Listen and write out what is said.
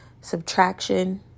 subtraction